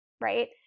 right